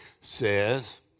says